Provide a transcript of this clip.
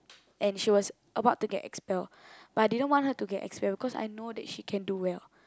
and she was about to get expelled but I didn't want her to get expelled because I know that she can do well